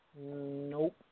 Nope